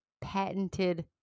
patented